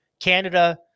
Canada